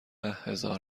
هزار